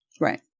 Right